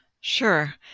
Sure